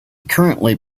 currently